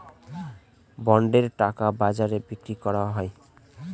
বন্ডের টাকা বাজারে বিক্রি করা হয়